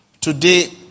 Today